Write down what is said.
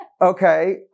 okay